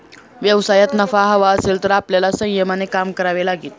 व्यवसायात नफा हवा असेल तर आपल्याला संयमाने काम करावे लागेल